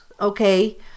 okay